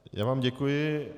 Já vám děkuji.